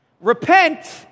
repent